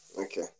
okay